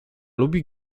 lubi